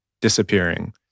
disappearing